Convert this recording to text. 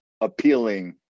appealing